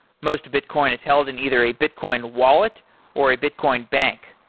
most bitcoin is held in either a bitcoin wallet or a bitcoin bank.